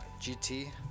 GT